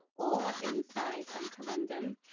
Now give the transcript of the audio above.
or inside um corundum,